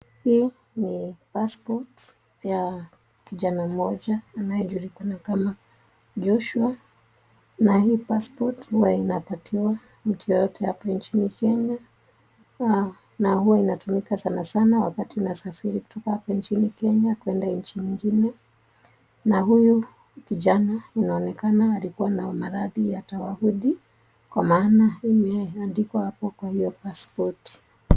Hii ni passport ya kijana mmoja anayejulikana kama Joshua. Na hii passport huwa inapatiwa mtu yeyote hapa nchini Kenya na huwa inatumika sana sana wakati unasafiri kutoka hapa nchini Kenya kwenda nchi nyingine. Na huyu kijana inaonekana alikuwa na maradhi ya tawahudi kwa maana imeandikwa hapo kwa hiyo passport .